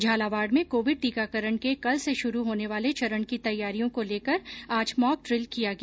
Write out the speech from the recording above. झालावाड़ में कोविड टीकाकरण के कल से शुरू होने वाले चरण की तैयारियों को लेकर आज मॉक ड्रिल किया गया